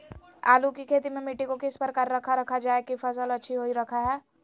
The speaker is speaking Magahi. आलू की खेती में मिट्टी को किस प्रकार रखा रखा जाए की फसल अच्छी होई रखा जाए?